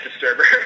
disturber